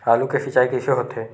आलू के सिंचाई कइसे होथे?